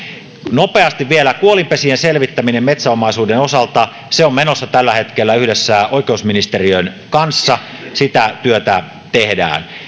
nopeasti vielä kuolinpesien selvittäminen metsäomaisuuden osalta se on menossa tällä hetkellä yhdessä oikeusministeriön kanssa sitä työtä tehdään